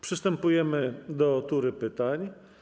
Przystępujemy do tury pytań.